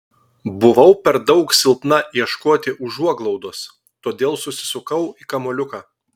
buvau per daug silpna ieškoti užuoglaudos todėl susisukau į kamuoliuką